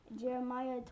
Jeremiah